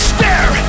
Stare